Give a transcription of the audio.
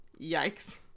Yikes